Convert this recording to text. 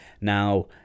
Now